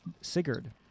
Sigurd